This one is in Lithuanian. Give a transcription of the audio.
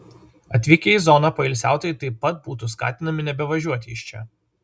atvykę į zoną poilsiautojai taip pat būtų skatinami nebevažiuoti iš čia